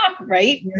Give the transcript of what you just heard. right